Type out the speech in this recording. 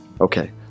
Okay